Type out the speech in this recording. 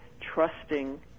trusting